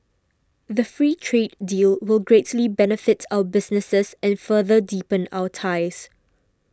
the free trade deal will greatly benefit our businesses and further deepen our ties